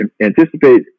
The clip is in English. anticipate